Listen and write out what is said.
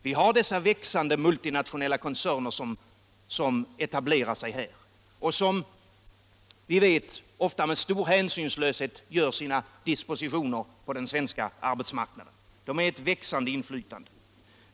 Vi har dessa växande multinationella koncerner som etablerar sig här och som villigt och ofta med stor hänsynslöshet gör sina dispositioner på den svenska arbetsmarknaden. De har ett växande inflytande.